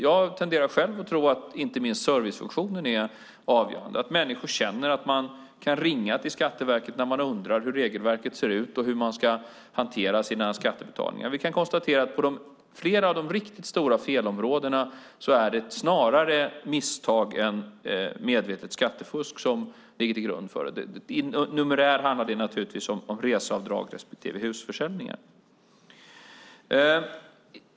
Jag tenderar att tro att servicefunktionen är avgörande, att människor känner att de kan ringa till Skatteverket när de undrar hur regelverket ser ut och hur de ska hantera sina skattebetalningar. På flera av de riktigt stora felområdena är det snarare misstag än medvetet skattefusk som ligger bakom. Numerärt handlar det om reseavdrag respektive husförsäljningar.